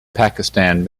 pakistan